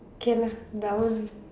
K lah that one